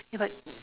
ya but